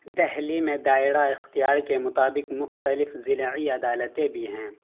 دلی میں دائرہ اختیار کے مطابق مختلف ضلعی عدالتیں بھی ہیں